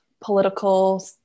political